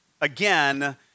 again